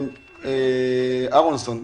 אהרונסון,